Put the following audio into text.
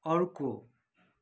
अर्को